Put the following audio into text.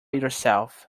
yourself